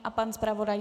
A pan zpravodaj?